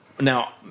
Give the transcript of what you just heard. Now